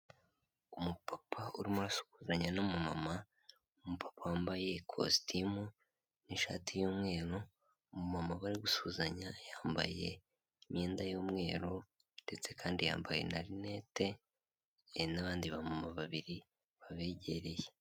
Umupapa urimo urasuhuzanya n'umumama, umupapa wambaye ikositimu n'ishati y'umweru umama bari gusuzanya yambaye imyenda y'umweru ndetse kandi yambaye na linete n'abandi bamama babiri babegereye.